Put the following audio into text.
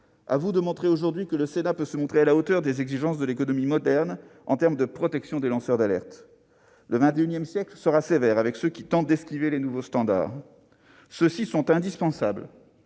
à vous de montrer aujourd'hui que le Sénat peut se montrer à la hauteur des exigences de l'économie moderne en termes de protection des lanceurs d'alerte. Le XXI siècle sera sévère avec ceux qui tentent d'esquiver les nouveaux standards. Ceux-ci sont indispensables